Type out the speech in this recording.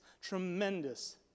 tremendous